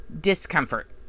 Discomfort